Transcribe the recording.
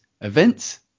events